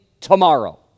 tomorrow